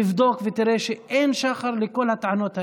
תבדוק ותראה שאין שחר לכל הטענות האלה.